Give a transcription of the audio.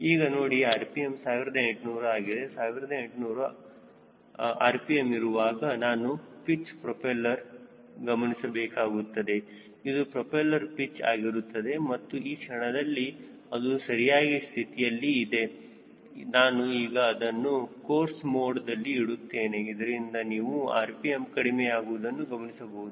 ಈಗ ನೋಡಿ rpm 1800 ಆಗಿದೆ 1800 ಆಗಿದೆ 1800 rpm ಇರುವಾಗ ನಾನು ಪಿಚ್ ಪ್ರೊಪೆಲ್ಲರ್ ಪಿಚ್ ಗಮನಿಸಬೇಕಾಗುತ್ತದೆ ಇದು ಪ್ರೊಪೆಲ್ಲರ್ ಪಿಚ್ ಆಗಿರುತ್ತದೆ ಮತ್ತು ಈ ಕ್ಷಣದಲ್ಲಿ ಅದು ಸರಿಯಾದ ಸ್ಥಿತಿಯಲ್ಲಿ ಇದೆ ನಾನು ಈಗ ಅದನ್ನು ಕೋರ್ಸ್ ಮೋಡ್ದಲ್ಲಿ ಇಡುತ್ತೇನೆ ಇದರಿಂದ ನೀವು rpm ಕಡಿಮೆಯಾಗುವುದನ್ನು ಗಮನಿಸಬಹುದು